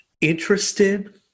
interested